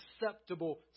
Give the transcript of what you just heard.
acceptable